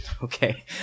Okay